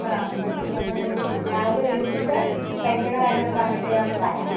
ആ അപ്പം എന്നാൽ ഞാൻ രാവിലെ വിളിച്ചിട്ട് പൈസയുടെ കാര്യവും കൂടെ പറഞ്ഞിട്ട് ഞാൻ വരാം